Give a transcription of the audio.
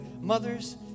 mothers